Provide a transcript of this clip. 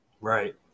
Right